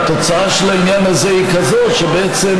התוצאה של העניין הזה היא כזאת שבעצם